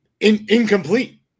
incomplete